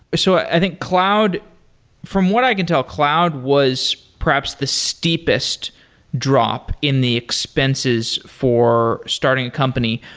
so i think cloud from what i can tell, cloud was perhaps the steepest drop in the expenses for starting a company.